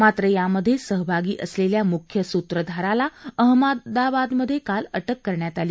मात्र यामधे सहभागी असलेल्या मुख्य सूत्रधाराला अहमदाबादमधे काल अटक करण्यात आली